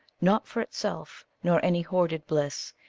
not for itself, nor any hoarded bliss.